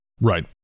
Right